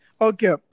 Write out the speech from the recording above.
Okay